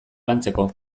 lantzeko